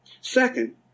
second